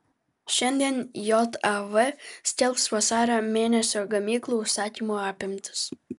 šiandien jav skelbs vasario mėnesio gamyklų užsakymų apimtis